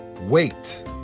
wait